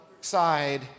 side